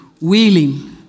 willing